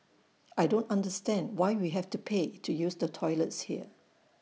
I don't understand why we have to pay to use the toilets here